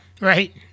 Right